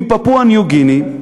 עם פפואה ניו-גיני,